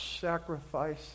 sacrifice